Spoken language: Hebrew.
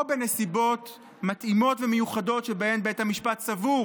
או בנסיבות מתאימות ומיוחדות שבהן בית המשפט סבור